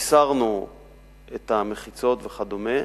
הסרנו את המחיצות וכדומה.